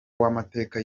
w’amateka